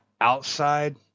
outside